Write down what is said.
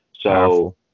So-